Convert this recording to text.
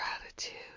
gratitude